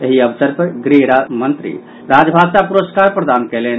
एहि अवसर पर गृह मंत्री राजभाषा पुरस्कार प्रदान कयलनि